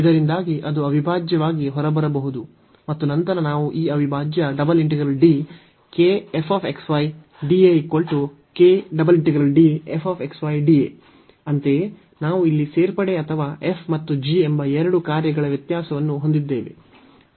ಇದರಿಂದಾಗಿ ಅದು ಅವಿಭಾಜ್ಯವಾಗಿ ಹೊರಬರಬಹುದು ಮತ್ತು ನಂತರ ನಾವು ಈ ಅವಿಭಾಜ್ಯ ಅಂತೆಯೇ ನಾವು ಇಲ್ಲಿ ಸೇರ್ಪಡೆ ಅಥವಾ f ಮತ್ತು g ಎಂಬ ಎರಡು ಕಾರ್ಯಗಳ ವ್ಯತ್ಯಾಸವನ್ನು ಹೊಂದಿದ್ದೇವೆ